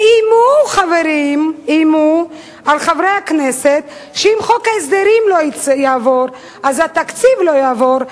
ואיימו על חברי הכנסת שאם חוק ההסדרים לא יעבור התקציב לא יעבור,